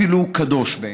אפילו קדוש בעיניי.